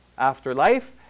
afterlife